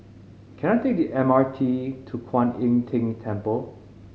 can I take the M R T to Kwan Im Tng Temple